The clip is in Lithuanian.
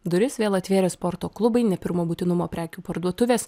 duris vėl atvėrė sporto klubai ne pirmo būtinumo prekių parduotuvės